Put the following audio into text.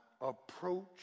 approach